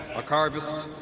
archivist,